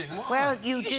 well you